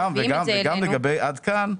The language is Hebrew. גם לגבי "עד כאן".